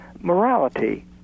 morality